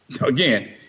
again